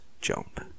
jump